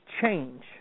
change